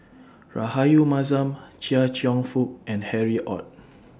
Rahayu Mahzam Chia Cheong Fook and Harry ORD